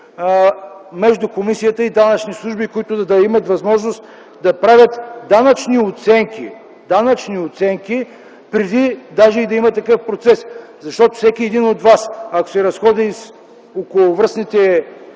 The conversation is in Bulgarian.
между комисията и данъчните служби, които да имат възможност да правят данъчни оценки, преди даже да има такъв процес. Всеки от Вас, ако се разходи по околовръстните